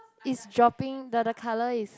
is dropping the the colour is